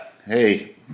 Hey